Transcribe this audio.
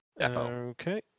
Okay